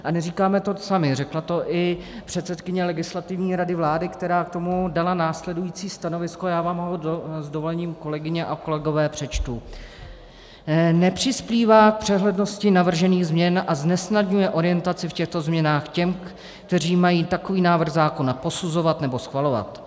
A neříkáme to sami, řekla to i předsedkyně Legislativní rady vlády, která k tomu dala následující stanovisko já vám ho s dovolením, kolegyně a kolegové, přečtu: Nepřispívá k přehlednosti navržených změn a znesnadňuje orientaci v těchto změnách těm, kteří mají takový návrh zákona posuzovat nebo schvalovat.